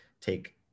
take